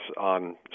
on